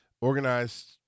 organized